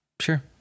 sure